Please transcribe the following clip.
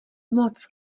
moc